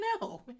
no